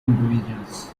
individuals